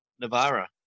Navarra